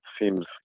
seems